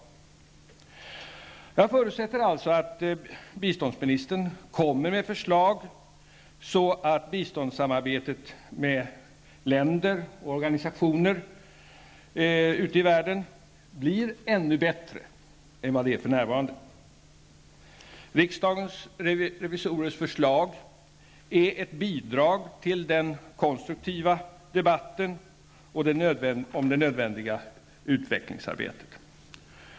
Jag förutsätter alltså att biståndsministern kommer med förslag, så att biståndssamarbetet med länder och organisationer ute i världen blir ännu bättre än vad det är för närvarande. Riksdagens revisorers förslag är ett bidrag till den konstruktiva debatten om det nödvändiga utvecklingsarbetet.